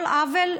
כל עוול,